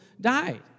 died